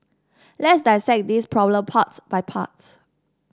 let's dissect this problem part by part